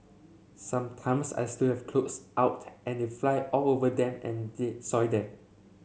sometimes I still have clothes out and they fly all over them and the soil them